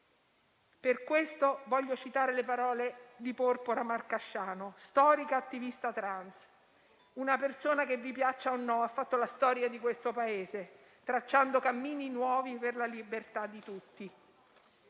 Per questo voglio citare le parole di Porpora Marcasciano, storica attivista trans, una persona che - vi piaccia o no - ha fatto la storia di questo Paese, tracciando cammini nuovi per la libertà di tutti